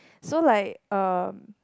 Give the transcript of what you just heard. so like uh